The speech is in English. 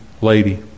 lady